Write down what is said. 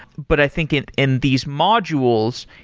but i think in in these modules,